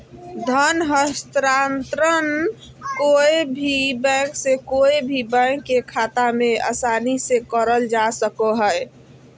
धन हस्तान्त्रंण कोय भी बैंक से कोय भी बैंक के खाता मे आसानी से करल जा सको हय